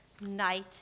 night